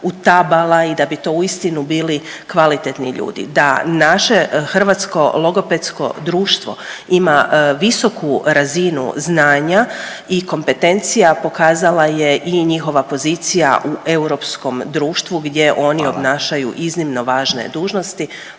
utabala i da bi to uistinu bili kvalitetni ljudi. Da naše Hrvatsko logopedsko društvo ima visoku razinu znanja i kompetencija pokazala je i njihova pozicija u europskom društvu gdje oni obnašaju iznimno važne dužnosti